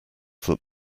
that